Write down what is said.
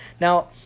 Now